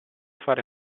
fare